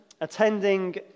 Attending